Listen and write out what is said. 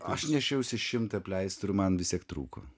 aš nešiausi šimtą apleistų ir man vis tiek trūko